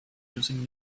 using